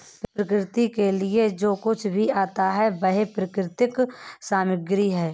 प्रकृति के लिए जो कुछ भी आता है वह प्राकृतिक सामग्री है